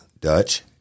Dutch